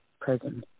prison